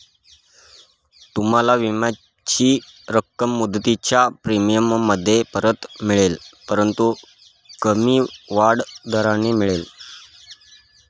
तुम्हाला विम्याची रक्कम मुदतीच्या प्रीमियममध्ये परत मिळेल परंतु कमी वाढ दराने मिळेल